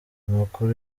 amakuru